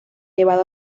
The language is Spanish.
llevado